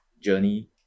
journey